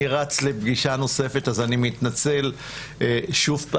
אני רץ לפגישה נוספת, ולכן אני מתנצל שוב.